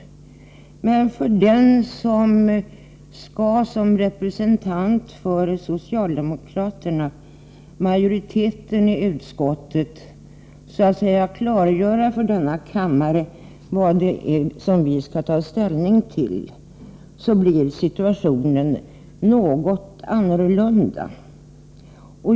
För den som i egenskap av representant för den socialdemokratiska majoriteten i utskottet skall så att säga klargöra för denna kammare vad det är vi skall ta ställning till blir emellertid situationen något annorlunda.